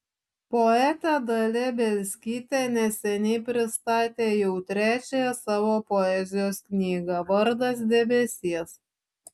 poetė dalia bielskytė neseniai pristatė jau trečiąją savo poezijos knygą vardas debesies